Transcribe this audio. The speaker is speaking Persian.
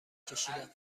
کشیدم